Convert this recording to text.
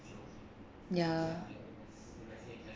ya